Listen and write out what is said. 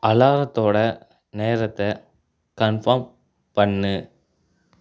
அலாரத்தோட நேரத்தை கன்ஃபார்ம் பண்ணு